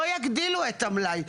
לא יגדילו את המלאי.